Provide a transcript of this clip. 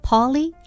Polly